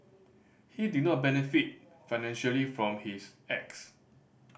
he did not benefit financially from his acts